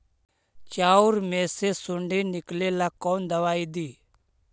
चाउर में से सुंडी निकले ला कौन दवाई दी?